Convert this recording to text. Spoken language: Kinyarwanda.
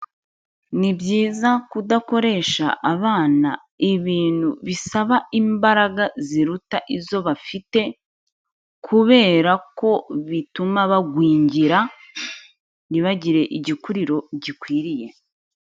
Ni byiza kudakoresha abana ibintu bisaba imbaraga ziruta izo bafite, kubera ko bituma bagwingira, ntibagire igikuriro gikwiriye.